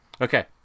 Okay